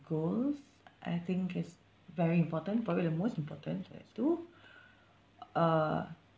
goals I think it's very important probably the most important so that's two uh